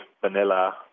vanilla